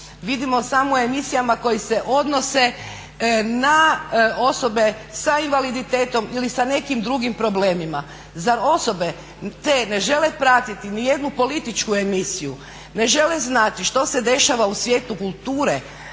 vidimo samo u emisijama koji se odnose na osobe sa invaliditetom ili sa nekim drugim problemima. Zar osobe te ne žele pratiti ni jednu političku emisiju, ne žele znati što se dešava u svijetu kulture,